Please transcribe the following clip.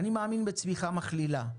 אני מאמין בצמיחה מכלילה,